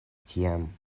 tiam